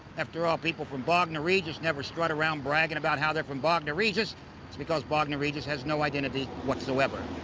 after all, people from bognor regis never strut around bragging about how they're from bognor regis. it's because bognor regis has no identity whatsoever.